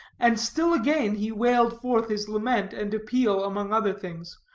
and still again he wailed forth his lament and appeal among other things,